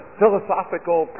philosophical